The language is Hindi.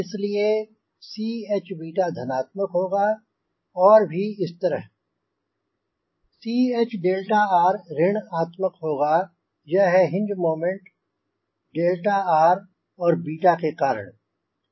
इसलिए Chधनात्मक होगा और भी इस तरह Chr ऋण आत्मक होगा यह है हिंज मोमेंट 𝛿r और 𝛽 के कारण